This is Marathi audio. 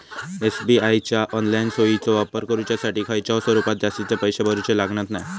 एस.बी.आय च्या ऑनलाईन सोयीचो वापर करुच्यासाठी खयच्याय स्वरूपात जास्तीचे पैशे भरूचे लागणत नाय